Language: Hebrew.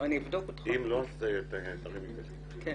אם לא, תרימי לי טלפון.